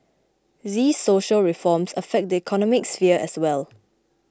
these social reforms affect the economic sphere as well